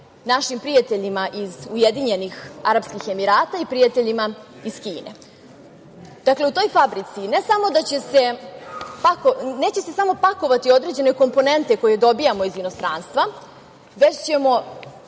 našim prijateljima iz UAE, i prijateljima iz Kine. Dakle, u toj fabrici, neće se samo pakovati određene komponente koje dobijamo iz inostranstva, već ćemo